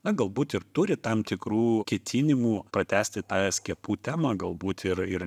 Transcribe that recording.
na galbūt ir turi tam tikrų ketinimų pratęsti tą skiepų temą galbūt ir ir